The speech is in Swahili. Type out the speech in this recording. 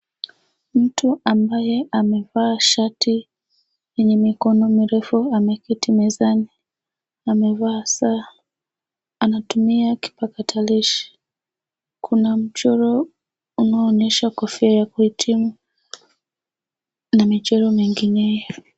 Mtu ambaye amevaa shati yenye mikono mirefu ameketi mezani, amevaa saa. Anatumia kipakatalishi. Kuna mchoro unaoonyesha kofia ya kuhitimu na michoro mingineyo.